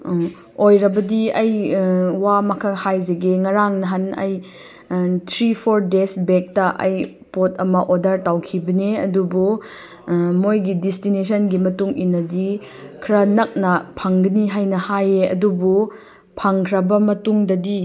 ꯑꯣꯏꯔꯕꯗꯤ ꯑꯩ ꯋꯥ ꯑꯃꯈꯛ ꯍꯥꯏꯖꯒꯦ ꯉꯔꯥꯡ ꯅꯍꯥꯟ ꯑꯩ ꯊ꯭ꯔꯤ ꯐꯣꯔ ꯗꯦꯁ ꯕꯦꯛꯇ ꯑꯩ ꯄꯣꯠ ꯑꯃ ꯑꯣꯗꯔ ꯇꯧꯈꯤꯕꯅꯦ ꯑꯗꯨꯕꯨ ꯃꯣꯏꯒꯤ ꯗꯦꯁꯇꯤꯅꯦꯁꯟꯒꯤ ꯃꯇꯨꯡꯏꯟꯅꯗꯤ ꯈꯔ ꯅꯛꯅ ꯐꯪꯒꯅꯤ ꯍꯥꯏꯅ ꯍꯥꯏꯌꯦ ꯑꯗꯨꯕꯨ ꯐꯪꯈ꯭ꯔꯕ ꯃꯇꯨꯡꯗꯗꯤ